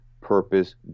purpose